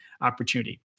opportunity